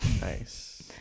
Nice